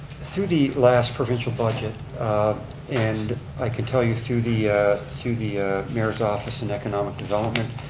through the last provincial budget and i could tell you through the through the mayor's office and economic development,